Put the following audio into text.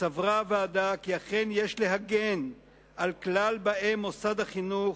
סברה הוועדה כי אכן יש להגן על כלל באי מוסד החינוך,